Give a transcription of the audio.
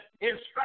instruction